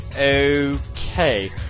Okay